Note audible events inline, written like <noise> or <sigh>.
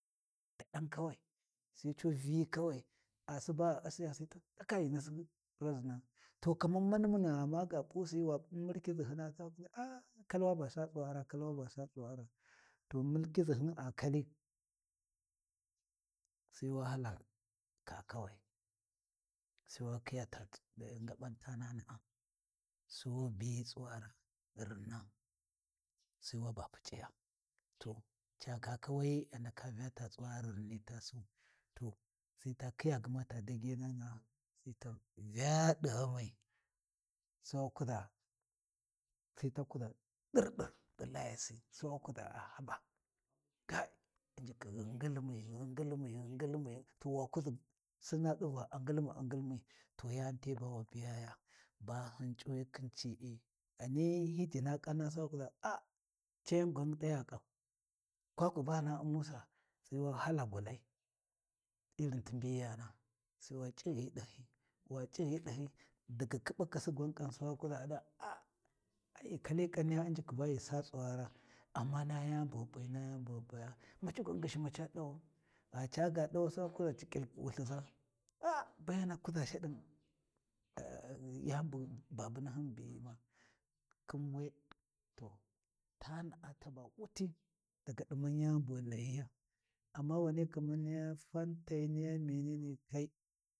Ma daɗan kawai, sai cuu Vyi kawai, a si ba a U’siya Sai tu ndaka ghi nasi raʒina, to kaman mani muna gha maga P’usi wa b’u murkiʒihina <hesitation> kal waba sa tsuwara kal waba sa tsuwara, to murkiʒhin a kali, sai wa hala kakawai sai wa khiya ta ngaban tanana’a, sai wa biyi tsuwara rinna, sai wa ba puc’iya to ca kakawayi a ndaka Vya tsuwari rinni ta sau to sai ta khiya gma ta dagenana’a sai ta vya ɗi ghamai sai wa kuʒa, sai ta kuʒa ɗir-ɗir ɗi layasi. Sai wa kuʒa a haba <hesitation> u'njikhi ghi ngilmi, ghi ngilm a ngilmi to yani te ba wu biyaya, ba hin C’uwi khin c’ii, ghani hi Jina ƙanna sai wa kuʒa a cayan gu mun t’aya ƙam, kwakwu ba hina U’musa? Sai wa hala gulai irin ti mbiyana sai wa C’ighi dahi, wa C’ighiɗahi daga khi ɓokasi gwan kam sai wa kuʒa a ɗi va a ai ghi kali ƙanniya Unjikhi ba ghi sa tsuwara, amma na yani bu ghi P’i na yani bu ghi P’aya maci gwan ghyishi maca ɗawau, gha caga dawwa sai wa kuʒa ci ƙil Wulthiʒa <hesitation> yani by babunahin biyi ma, khin we, taana’a taba wuti, daga ɗi yani bughi layiya. Amma wunai kamar niya fantai niya menene kai.